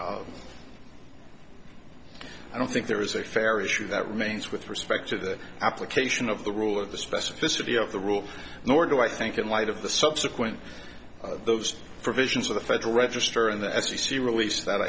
i don't think there is a fair issue that remains with respect to the application of the rule of the specificity of the rule nor do i think in light of the subsequent of those provisions of the federal register and the f c c release that